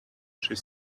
she